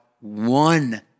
one